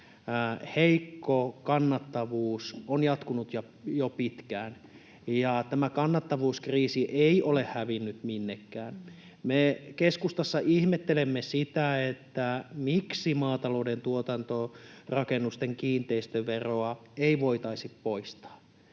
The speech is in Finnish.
heikko kannattavuus on jatkunut jo pitkään. Tämä kannattavuuskriisi ei ole hävinnyt minnekään. Me keskustassa ihmettelemme sitä, miksi maatalouden tuotantorakennusten kiinteistöveroa ei voitaisi poistaa.